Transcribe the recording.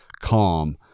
calm